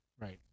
Right